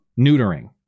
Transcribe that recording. neutering